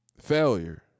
failure